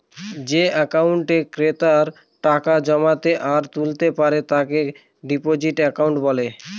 যে একাউন্টে ক্রেতারা টাকা জমাতে আর তুলতে পারে তাকে ডিপোজিট একাউন্ট বলে